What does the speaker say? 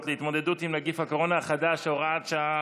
להתמודדות עם נגיף הקורונה החדש (הוראת שעה)